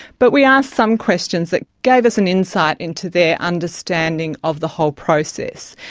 but we asked some questions that gave us an insight into their understanding of the whole process.